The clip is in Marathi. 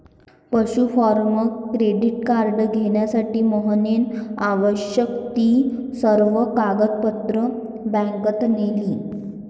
पशु फार्मर क्रेडिट कार्ड घेण्यासाठी मोहनने आवश्यक ती सर्व कागदपत्रे बँकेत नेली